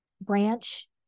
branch